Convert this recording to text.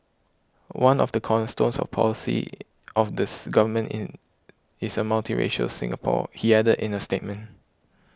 one of the cornerstones of policy of this Government in is a multiracial Singapore he added in a statement